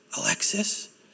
Alexis